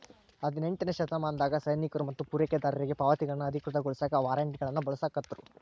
ಹದಿನೆಂಟನೇ ಶತಮಾನದಾಗ ಸೈನಿಕರು ಮತ್ತ ಪೂರೈಕೆದಾರರಿಗಿ ಪಾವತಿಗಳನ್ನ ಅಧಿಕೃತಗೊಳಸಾಕ ವಾರ್ರೆಂಟ್ಗಳನ್ನ ಬಳಸಾಕತ್ರು